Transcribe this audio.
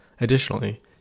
Additionally